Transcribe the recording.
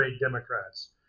Democrats